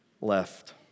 left